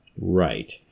Right